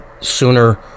sooner